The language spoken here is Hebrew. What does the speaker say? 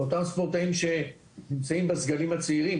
זה אותם ספורטאים שנמצאים בסגלים הצעירים.